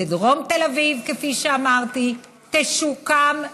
ודרום תל אביב, כפי שאמרתי, תשוקם,